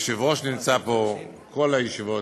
היושב-ראש נמצא פה בכל הישיבות,